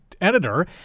editor